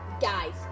Guys